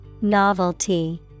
Novelty